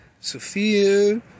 Sophia